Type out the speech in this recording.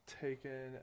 taken